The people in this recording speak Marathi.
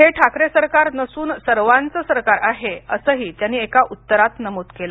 हे ठाकरे सरकार नसून सर्वांचं सरकार आहे असही त्यांनी एका उत्तरात नमूद केलं